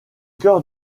chœur